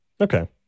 okay